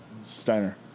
Steiner